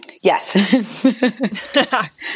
Yes